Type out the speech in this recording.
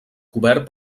cobert